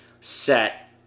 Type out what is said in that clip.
set